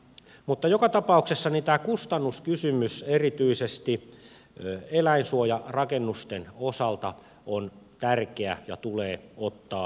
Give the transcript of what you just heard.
mutta joka tapauksessa tämä kustannuskysymys erityisesti eläinsuojarakennusten osalta on tärkeä ja tulee ottaa huomioon